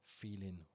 feeling